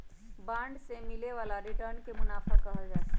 bond से मिले वाला रिटर्न के मुनाफा कहल जाहई